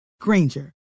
Granger